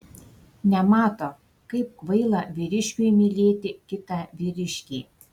nemato kaip kvaila vyriškiui mylėti kitą vyriškį